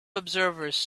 observers